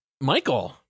michael